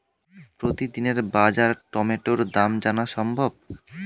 প্রতিদিনের বাজার টমেটোর দাম জানা সম্ভব?